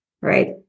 right